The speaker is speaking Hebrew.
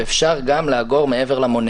ואפשר גם לאגור מעבר למונה,